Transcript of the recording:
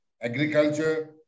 agriculture